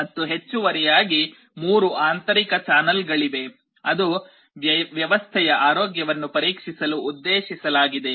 ಮತ್ತು ಹೆಚ್ಚುವರಿಯಾಗಿ 3 ಆಂತರಿಕ ಚಾನಲ್ಗಳಿವೆ ಅದು ವ್ಯವಸ್ಥೆಯ ಆರೋಗ್ಯವನ್ನು ಪರೀಕ್ಷಿಸಲು ಉದ್ದೇಶಿಸಲಾಗಿದೆ